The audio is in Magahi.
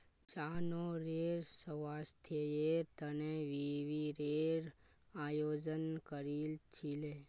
जानवरेर स्वास्थ्येर तने शिविरेर आयोजन करील छिले